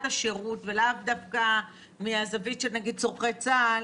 השירות ולאו דווקא מהזווית של צורכי צה"ל,